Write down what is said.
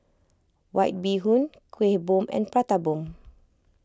White Bee Hoon Kueh Bom and Prata Bomb